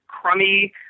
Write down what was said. Crummy